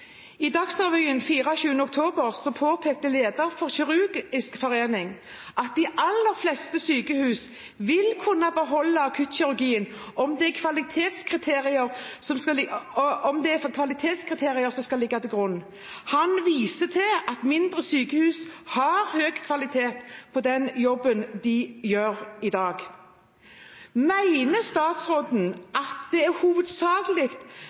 I Dagsrevyen 24. oktober påpekte lederen for Norsk kirurgisk forening at de aller fleste sykehus vil kunne beholde akuttkirurgien om det er kvalitetskriterier som skal ligge til grunn. Han viste til at mindre sykehus har høy kvalitet på den jobben de gjør i dag. Mener statsråden at det er